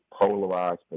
polarized